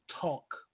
talk